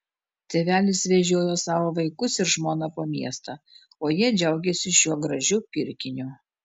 tėvelis vežiojo savo vaikus ir žmoną po miestą o jie džiaugėsi šiuo gražiu pirkiniu